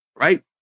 Right